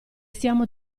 stiamo